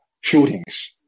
shootings